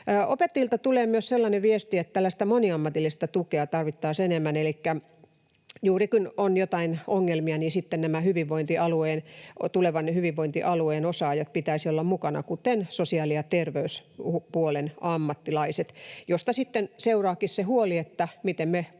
Opettajilta tulee myös sellainen viesti, että tällaista moniammatillista tukea tarvittaisiin enemmän, elikkä juuri kun on joitain ongelmia, niin sitten nämä tulevan hyvinvointialueen osaajat pitäisi olla mukana, kuten sosiaali‑ ja terveyspuolen ammattilaiset, mistä sitten seuraakin se huoli, miten me